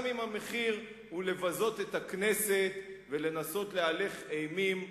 גם אם המחיר הוא לבזות את הכנסת ולנסות להלך אימים.